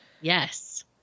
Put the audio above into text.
Yes